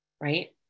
right